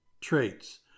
traits